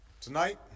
Tonight